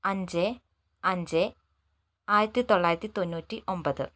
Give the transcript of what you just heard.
അഞ്ച് അഞ്ച് ആയിരത്തിത്തൊള്ളായിരത്തി തൊണ്ണൂറ്റി ഒമ്പത്